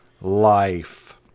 life